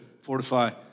fortify